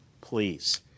please